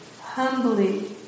humbly